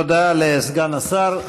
תודה לסגן השר.